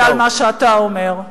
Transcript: אלא בגלל מה שאתה אומר.